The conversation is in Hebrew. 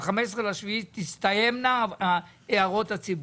ב-15.7.2023 תסתיימנה הערות הציבור.